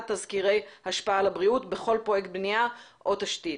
תסקירי השפעה על הבריאות בכל פרויקט בנייה או תשתית.